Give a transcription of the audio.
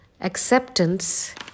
Acceptance